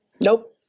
Nope